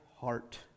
heart